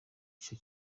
gishya